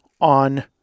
on